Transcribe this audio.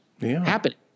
happening